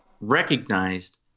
recognized